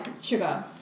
sugar